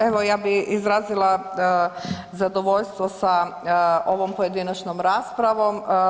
Evo ja bih izrazila zadovoljstvo sa ovom pojedinačnom raspravom.